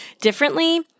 differently